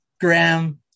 Graham